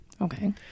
Okay